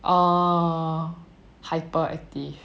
err hyper active